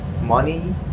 money